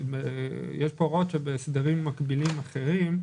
יש פה הוראות שבהסדרים מקבילים אחרים,